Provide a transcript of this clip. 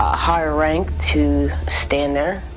ah higher rank to stand there,